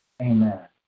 Amen